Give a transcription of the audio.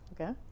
Okay